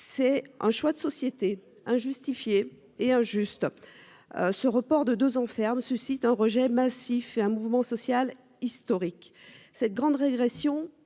C'est un choix de société. Et injuste. Ce report de 2 ans ferme suscite un rejet massif et un mouvement social historique cette grande régression